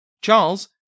Charles